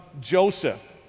Joseph